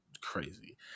crazy